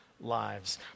lives